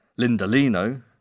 Lindalino